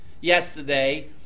yesterday